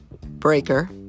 Breaker